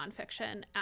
nonfiction